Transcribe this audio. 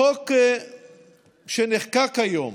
החוק שנחקק היום